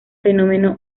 fenómeno